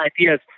ideas